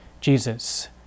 Jesus